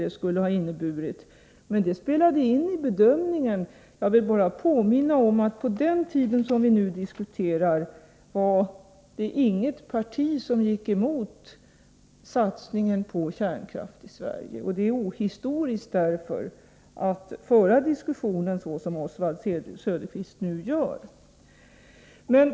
Det påverkade emellertid bedömningen. Jag vill bara påminna om att inget parti på den tiden gick emot förslaget om en satsning på kärnkraft i Sverige. Därför är det ohistoriskt att föra en sådan diskussion, Oswald Söderqvist.